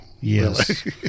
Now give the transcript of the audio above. Yes